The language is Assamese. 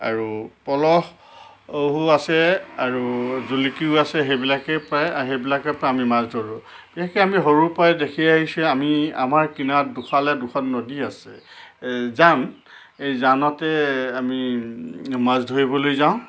আৰু পলহো আছে আৰু জুলুকীও আছে সেইবিলাকেই প্ৰায় সেইবিলাকতে আমি মাছ ধৰোঁ বিশেষকৈ আমি সৰু পৰাই দেখি আহিছোঁ আমি আমাৰ কিনাৰত দুফালে দুখন নদী আছে এই জান এই জানতে আমি মাছ ধৰিবলৈ যাওঁ